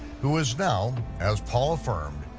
who was now, as paul affirmed,